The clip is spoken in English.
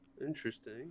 Interesting